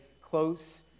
close